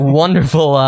wonderful